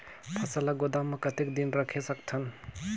फसल ला गोदाम मां कतेक दिन रखे सकथन?